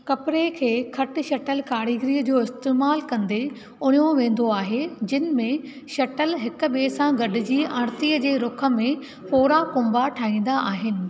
कपिड़े खे खट शटल कारीगारी जो इस्तेमालु कंदे उणियो वेंदो आहे जिन में शटल हिक ॿिए सां गॾिजी आरतीअ जे रुख़ में फोड़ा कुंबा ठाहींदा आहिनि